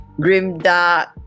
grimdark